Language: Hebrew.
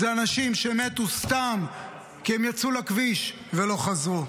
אלה אנשים שמתו סתם כי הם יצאו לכביש ולא חזרו.